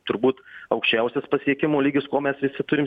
turbūt aukščiausias pasiekimo lygis ko mes visi turim